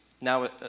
now